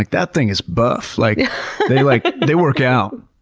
like that thing is buff! like they like they work out!